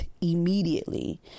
immediately